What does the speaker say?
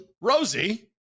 Rosie